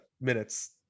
minutes